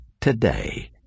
today